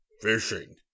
Fishing